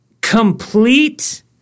complete